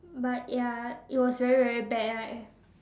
but ya it was very very bad like